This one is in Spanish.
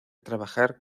trabajar